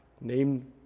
name